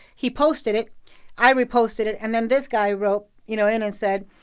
he posted it i reposted it and then this guy wrote, you know and it said,